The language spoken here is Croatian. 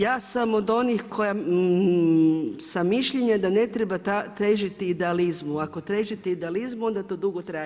Ja sam od onih koja sam mišljenja da ne treba težiti idealizmu, ako težite idealizmu onda to dugo traje.